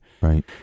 Right